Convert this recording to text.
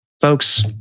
Folks